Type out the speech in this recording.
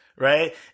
Right